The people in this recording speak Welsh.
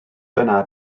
dyna